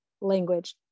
language